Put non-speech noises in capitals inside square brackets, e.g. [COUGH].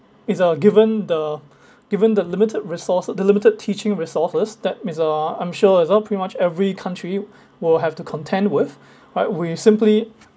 it's uh given the given the limited resources the limited teaching resources that is uh I'm sure it's uh pretty much every country will have to contend with [BREATH] right we simply